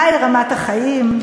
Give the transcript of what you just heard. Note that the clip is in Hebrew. מהי רמת חיים,